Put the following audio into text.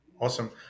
Awesome